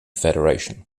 federation